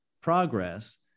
progress